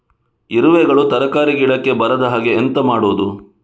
ಇರುವೆಗಳು ತರಕಾರಿ ಗಿಡಕ್ಕೆ ಬರದ ಹಾಗೆ ಎಂತ ಮಾಡುದು?